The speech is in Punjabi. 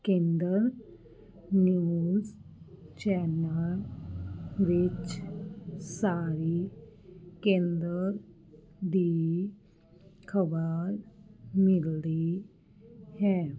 ਕੇਂਦਰ ਨਿਊਜ ਚੈਨਲ ਵਿੱਚ ਸਾਰੀ ਕੇਂਦਰ ਦੀ ਖਬਰ ਮਿਲਦੀ ਹੈ